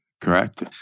correct